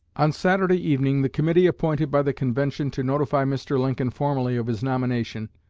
on saturday evening, the committee appointed by the convention to notify mr. lincoln formally of his nomination,